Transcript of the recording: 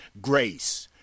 Grace